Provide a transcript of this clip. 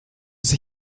sie